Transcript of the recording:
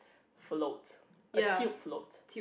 float a tube float